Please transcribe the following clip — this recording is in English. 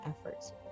efforts